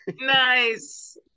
Nice